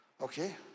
Okay